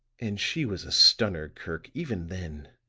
and she was a stunner, kirk, even then.